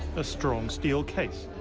a strong steel case,